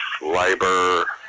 Labor